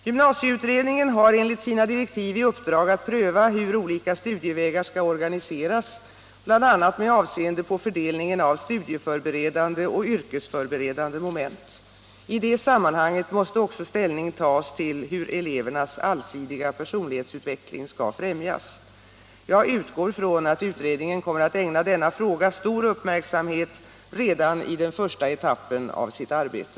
Gymnasieutredningen har enligt sina direktiv i uppdrag att pröva hur olika studievägar skall organiseras, bl.a. med avseende på fördelningen av studieförberedande och yrkesförberedande moment. I det sammanhanget måste också ställning tas till hur elevernas allsidiga personlighetsutveckling skall främjas. Jag utgår från att utredningen kommer att ägna denna fråga stor uppmärksamhet redan i den första etappen av sitt arbete.